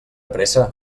pressa